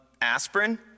aspirin